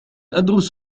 أدرس